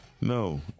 No